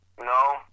No